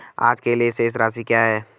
आज के लिए शेष राशि क्या है?